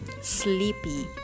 sleepy